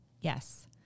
Yes